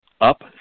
up